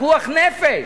פיקוח נפש,